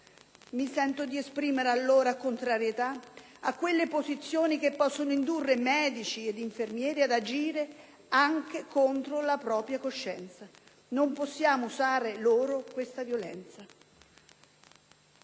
Mi sento di esprimere, allora, contrarietà a quelle posizioni che possono indurre medici ed infermieri ad agire anche contro la propria coscienza. Non possiamo usare loro questa violenza.